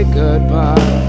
goodbye